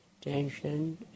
tension